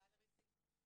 לרי זילכה